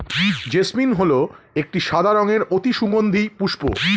jasmine হল একটি সাদা রঙের অতি সুগন্ধি পুষ্প